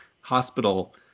hospital